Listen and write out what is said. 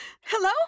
Hello